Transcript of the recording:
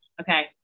Okay